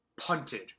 punted